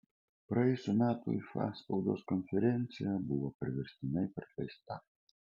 praėjusių metų ifa spaudos konferencija buvo priverstinai praleista